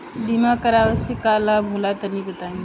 बीमा करावे से का लाभ होला तनि बताई?